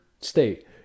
state